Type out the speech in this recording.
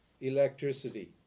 Electricity